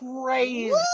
crazy